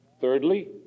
Thirdly